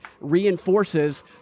reinforces